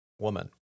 woman